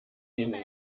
ihnen